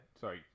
sorry